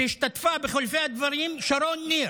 והשתתפה בחילופי הדברים שרון ניר,